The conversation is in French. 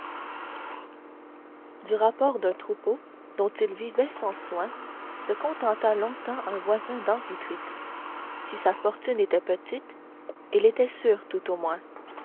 du rapport d'un troupeau dont il vivait sans soins se contenta longtemps un voisin d'amphitrite si sa fortune était petite elle était sûre tout au moins